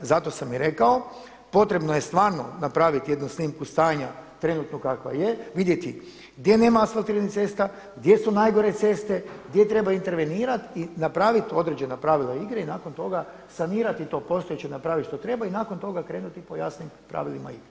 Zato sam i rekao, potrebno je stvarno napraviti jednu snimku stanja trenutnu kakva je, vidjeti gdje nema asfaltiranih cesta, gdje su najgore ceste, gdje treba intervenirati i napraviti određena pravila igre i nakon toga sanirati to postojeće, napraviti što treba i nakon toga krenuti po jasnim pravilima igre.